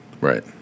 Right